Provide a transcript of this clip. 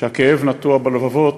שהכאב נטוע בלבבות,